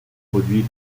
produit